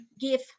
give